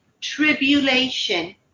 tribulation